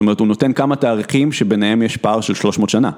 זאת אומרת, הוא נותן כמה תאריכים שביניהם יש פער של 300 שנה.